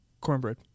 Cornbread